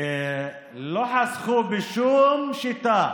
שלא חסכו בשום שיטה